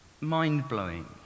mind-blowing